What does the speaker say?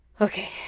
Okay